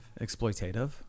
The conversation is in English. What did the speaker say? Exploitative